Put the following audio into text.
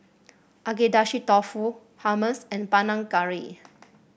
Agedashi Dofu Hummus and Panang Curry